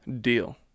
deal